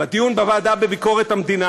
תודה רבה לחבר הכנסת עפר שלח.